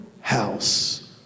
house